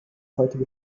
heutige